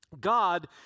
God